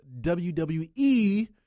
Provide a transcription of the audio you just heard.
wwe